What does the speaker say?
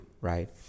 right